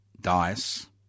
dice